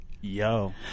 Yo